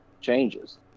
Changes